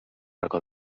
racó